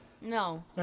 No